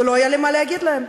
ולא היה לי מה להגיד להם.